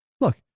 look